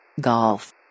Golf